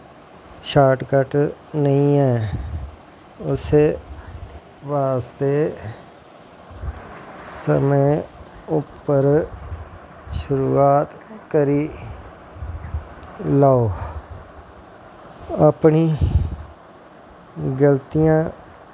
shortcut नेईं ऐ उस्सै बास्तै समें उप्पर शुरुआत करी लाओ अपनी गल्तियां